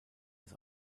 des